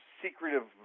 secretive